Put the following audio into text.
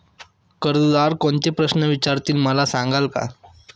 कर्जदार कोणते प्रश्न विचारतील, मला सांगाल का?